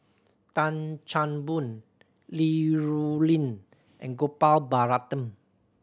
Tan Chan Boon Li Rulin and Gopal Baratham